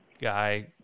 guy